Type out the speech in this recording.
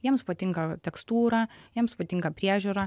jiems patinka tekstūra jiems patinka priežiūra